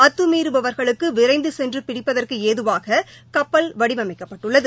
அத்துமீறுபவர்களை விரைந்து சென்று பிடிப்பதற்கு ஏதுவாக கப்பல் வடிவமைக்கப்பட்டுள்ளது